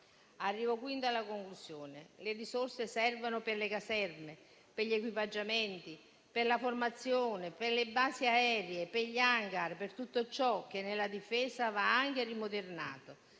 Arrivo quindi alla conclusione: le risorse servono per le caserme, per gli equipaggiamenti, per la formazione, per le basi aeree, per gli *hangar* e per tutto ciò che nella Difesa va anche rimodernato;